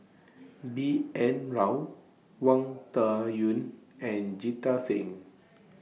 B N Rao Wang Dayuan and Jita Singh